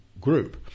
group